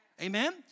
Amen